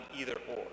either-or